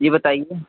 जी बताइए